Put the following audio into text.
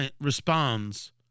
responds